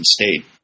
State